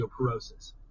osteoporosis